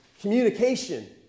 communication